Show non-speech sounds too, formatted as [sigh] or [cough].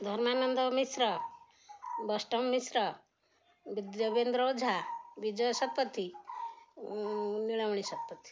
Dharmananda Mishra Baishnab Mishra [unintelligible] Devendra Ojha Bijay Satapathy Nilamani Satapathy